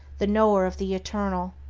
the knower of the eternal.